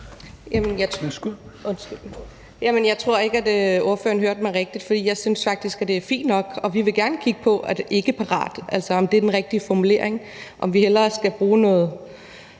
jeg tror ikke, at ordføreren hørte mig rigtigt, for jeg synes faktisk, det er fint nok, og vi vil gerne kigge på det med, om »ikkeparat« er den rigtige formulering, eller om vi hellere skal have noget